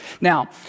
Now